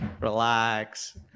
Relax